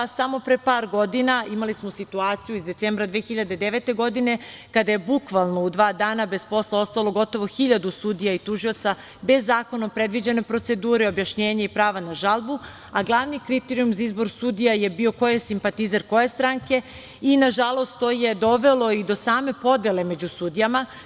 Samo pre par godina imali smo situaciju iz decembra 2009. godine, kada je bukvalno u dva dana bez posla ostalo gotovo 1.000 sudija i tužilaca, bez zakonom predviđene procedure, objašnjenja i prava na žalbu, a glavni kriterijum za izbor sudija je bio ko je simpatizer koje stranke i nažalost to je dovelo i do same podele među sudijama.